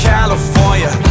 California